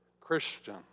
Christian